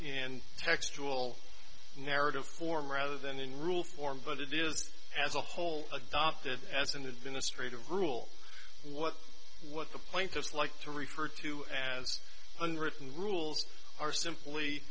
in textual narrative form rather than in rule form but it is as a whole adopted as an administrative rule what what the plaintiffs like to refer to as unwritten rules are simply